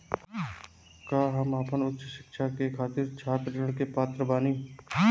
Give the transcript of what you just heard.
का हम आपन उच्च शिक्षा के खातिर छात्र ऋण के पात्र बानी?